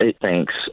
Thanks